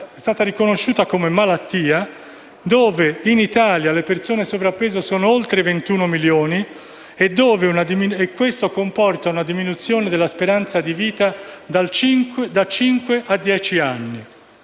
è stata riconosciuta come malattia, in Italia le persone in sovrappeso sono oltre 21 milioni; questo comporta una diminuzione della speranza di vita da cinque a